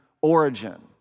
origin